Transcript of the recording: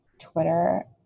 Twitter